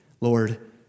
Lord